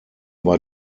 war